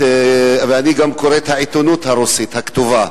הרוסית ואני גם קורא את העיתונות הרוסית הכתובה,